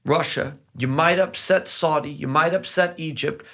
russia, you might upset saudi, you might upset egypt,